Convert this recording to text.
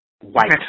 White